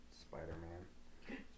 Spider-Man